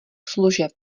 služeb